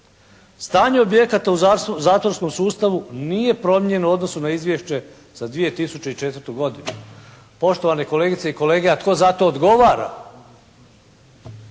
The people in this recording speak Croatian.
"stanje objekata u zatvorskom sustavu nije promijenjeno u odnosu na izvješće za 2004. godinu". Poštovane kolegice i kolege, a tko za to odgovara?